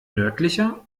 nördlicher